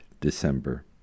December